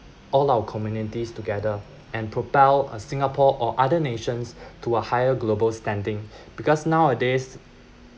all our communities together and propel uh singapore or other nations to a higher global standing because nowadays